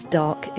dark